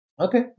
Okay